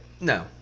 No